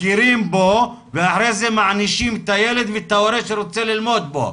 מכירים בו ואחרי זה מענישים את הילד ואת ההורה שרוצה ללמוד בו.